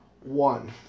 one